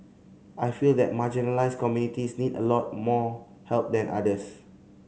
I feel that marginalised communities need a lot more help than others